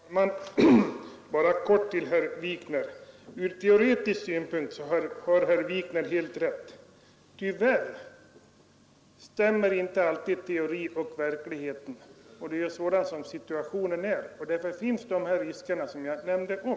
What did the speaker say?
Herr talman! Bara ett par ord till herr Wikner. Ur teoretisk synpunkt har herr Wikner helt rätt. Tyvärr stämmer inte alltid teori och verklighet. Det är den situationen vi har: det finns de risker som jag har nämnt om.